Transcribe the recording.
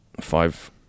five